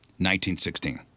1916